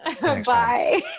Bye